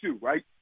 right